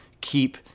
keep